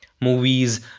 Movies